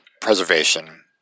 preservation